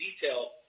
detail